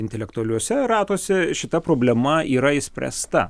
intelektualiuose ratuose šita problema yra išspręsta